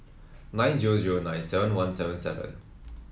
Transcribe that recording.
nine zero zero nine seven one seven seven